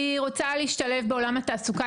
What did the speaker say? היא רוצה להשתלב בעולם התעסוקה,